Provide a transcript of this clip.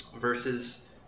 versus